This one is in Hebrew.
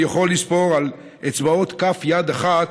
אני יכול לספור על אצבעות כף יד אחת